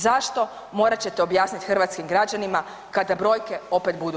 Zašto, morat ćete objasniti hrvatskim građanima kada brojke opet budu rasle.